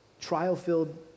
trial-filled